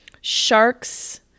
Sharks